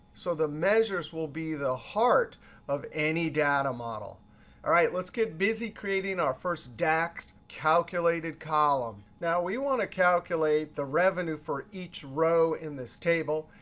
so the measures will be the heart of any data model. all right, let's get busy creating our first dax calculated column. now, we want to calculate the revenue for each row in this table.